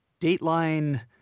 Dateline